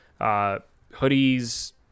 hoodies